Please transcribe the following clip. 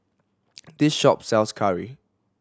this shop sells curry